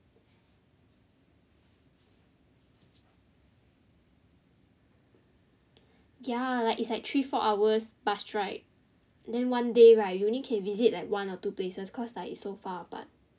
ya like it's like three four hours bus ride then one day right you only can visit like one or two places cause like it's so far apart